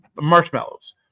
marshmallows